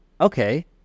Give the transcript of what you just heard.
okay